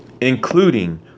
including